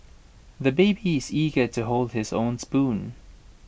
the baby is eager to hold his own spoon